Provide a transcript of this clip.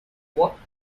what